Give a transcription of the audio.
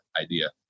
idea